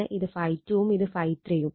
ഇത് ∅2 ഉം ഇത് ∅3 യും ആണ്